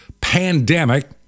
pandemic